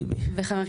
וח"כ